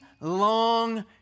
long